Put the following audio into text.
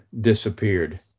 disappeared